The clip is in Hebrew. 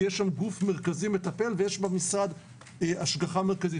כי יש שם גוף מרכזי מטפל ויש במשרד השגחה מרכזית.